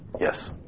Yes